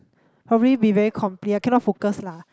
probably be very compl~ I cannot focus lah